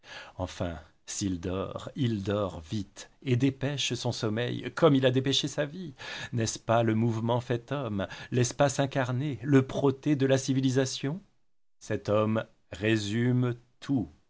enfin s'il dort il dort vite et dépêche son sommeil comme il a dépêché sa vie n'est-ce pas le mouvement fait homme l'espace incarné le protée de la civilisation cet homme résume tout